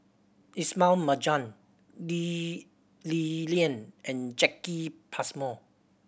Ismail Marjan Lee Li Lian and Jacki Passmore